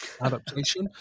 adaptation